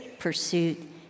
Pursuit